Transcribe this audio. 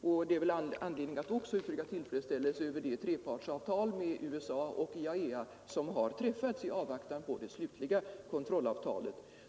Det finns väl anledning att också uttrycka tillfredsställelse över det trepartsavtal med USA och IAEA som har träffats i avvaktan på det slutliga kontrollavtalet.